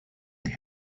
they